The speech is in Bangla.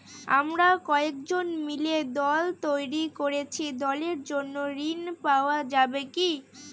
আমরা কয়েকজন মিলে দল তৈরি করেছি দলের জন্য ঋণ পাওয়া যাবে কি?